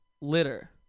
litter